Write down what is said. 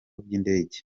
by’indege